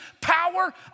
power